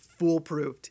foolproofed